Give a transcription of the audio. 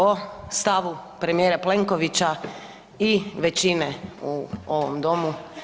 o stavu premijera Plenkovića i većine u ovom domu.